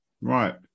right